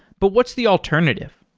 but what's the alternative?